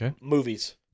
Movies